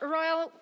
royal